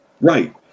Right